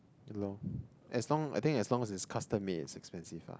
as long I think as long is custom made is expensive lah